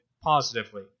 positively